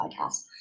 podcast